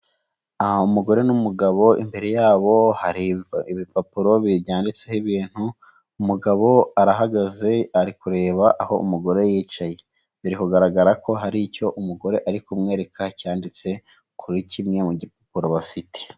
Umugore n'umugabo imbere yabo hari ibipapuro byanditseho ibintu, umugabo arahagaze ari kureba aho umugore yicaye, biri kugaragara ko hari icyo umugore ari kumwereka cyanditse kuri kimwe mu gipapuro bafite.